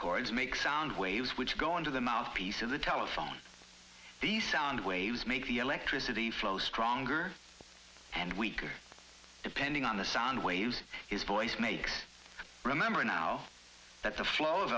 cords make sound waves which go into the mouthpiece of the telephone the sound waves make the electricity flow stronger and weaker depending on the sound waves his voice makes remember now that the flow of